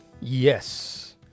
Yes